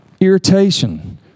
Irritation